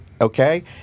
Okay